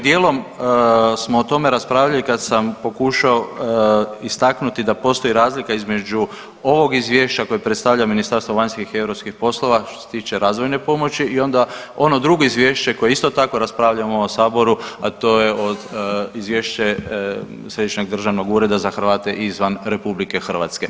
Dijelom smo o tome raspravljali kad sam pokušao istaknuti da postoji razlika između ovog izvješća koje predstavlja Ministarstvo vanjskih i europskih poslova što se tiče razvojne pomoći i onda ono drugo izvješće koje isto tako raspravljamo u ovom saboru, a to je od, izvješće Središnjeg državnog ureda za Hrvate izvan RH.